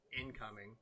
incoming